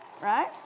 Right